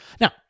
Now